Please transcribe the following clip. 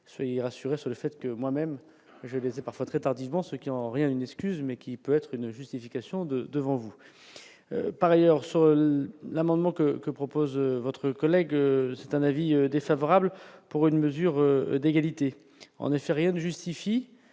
soyez rassurés sur le fait que moi-même je les ai parfois très tardivement, ce qui est en rien une excuse, mais qui peut être une justification de devant vous, par ailleurs, sur l'amendement que que propose votre collègue, c'est un avis défavorable pour une mesure d'égalité, en effet, rien ne justifie